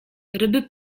ryby